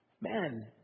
Man